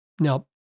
Now